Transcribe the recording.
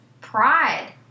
Pride